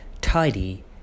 Tidy